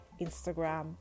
Instagram